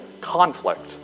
conflict